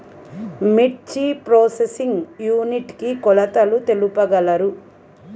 మిర్చి processing unit కి కొలతలు తెలుపగలరు?